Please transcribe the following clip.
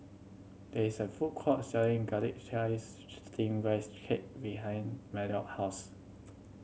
there is a food court selling Garlic Chives Steamed Rice Cake behind Maddox house